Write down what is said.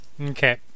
Okay